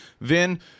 Vin